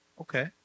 Okay